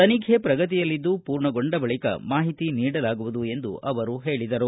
ತನಿಖೆ ಪ್ರಗತಿಯಲ್ಲಿದ್ದು ಪೂರ್ಣಗೊಂಡ ಬಳಕ ಮಾಹಿತಿ ನೀಡಲಾಗುವುದು ಎಂದು ತಿಳಿಸಿದರು